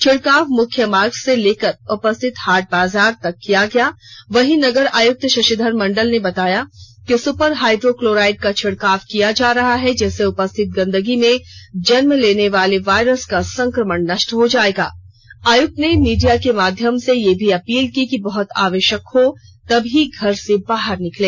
छिड़काव मुख्य मार्ग से लेकर उपस्थित हाट बाजार तक किया गया वही नगर आयुक्त शशिधर मंडल ने बताया सुपर हाइड्रो क्लोराइड का छिड़काव किया जा रहा है जिससे उपस्थित गंदगी में जन्म लेने वाले वायरस का संक्रमण नष्ट हो जाएगा आयुक्त ने मीडिया के माध्यम से यह भी अपील की बहत आवश्यक हो तो ही घर से बाहर निकले